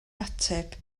ateb